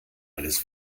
alles